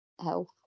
health